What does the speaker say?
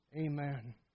Amen